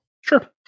Sure